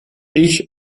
ich